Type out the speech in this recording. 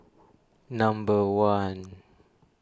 number one